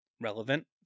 relevant